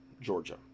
georgia